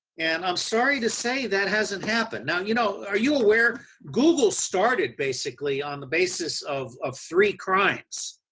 and i'm sorry to say that hasn't happened. now you know, now are you aware google started basically on the basis of of three crimes.